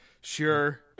Sure